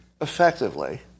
effectively